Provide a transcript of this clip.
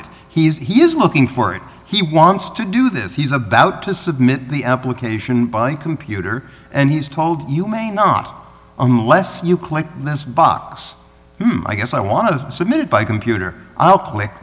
it he is looking for it he wants to do this he's about to submit the application by computer and he's told you may not unless you click this box i guess i want to submit it by computer i'll click